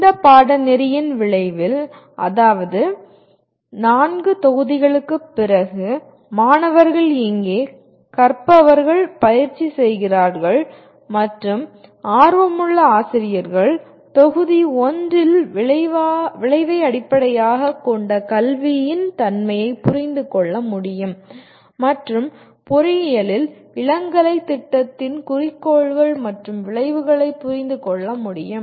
இந்த பாடநெறியின் விளைவில் அதாவது 4 தொகுதிகளுக்குப் பிறகு மாணவர்கள் இங்கே கற்பவர்கள் பயிற்சி செய்கிறார்கள் மற்றும் ஆர்வமுள்ள ஆசிரியர்கள் தொகுதி 1 இல் விளைவை அடிப்படையாகக் கொண்ட கல்வியின் தன்மையைப் புரிந்து கொள்ள முடியும் மற்றும் பொறியியலில் இளங்கலை திட்டத்தின் குறிக்கோள்கள் மற்றும் விளைவுகளைப் புரிந்து கொள்ள முடியும்